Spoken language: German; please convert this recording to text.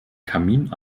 kamin